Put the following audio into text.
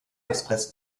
express